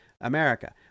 America